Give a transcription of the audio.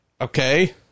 Okay